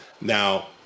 Now